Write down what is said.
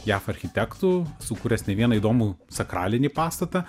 jav architektų sukūręs ne vieną įdomų sakralinį pastatą